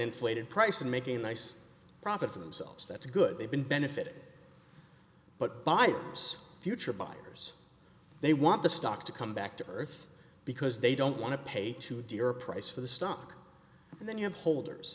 inflated price and making a nice profit for themselves that's good they've been benefited but by future buyers they want the stock to come back to earth because they don't want to pay too dear price for the stock and then you have holders